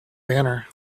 banner